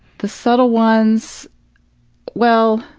the subtle ones well,